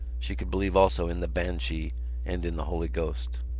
she could believe also in the banshee and in the holy ghost.